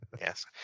Yes